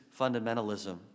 fundamentalism